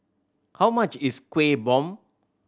how much is Kueh Bom